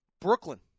Brooklyn